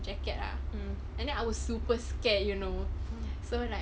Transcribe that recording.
jacket ah and then I was super scared you know so like